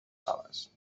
sales